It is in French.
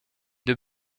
deux